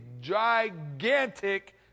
gigantic